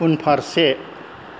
उनफारसे